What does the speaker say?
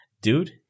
Dude